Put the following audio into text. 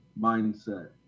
mindset